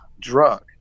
drug